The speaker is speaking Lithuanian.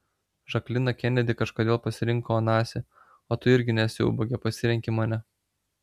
žaklina kenedi kažkodėl pasirinko onasį o tu irgi nesi ubagė pasirenki mane